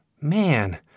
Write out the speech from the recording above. Man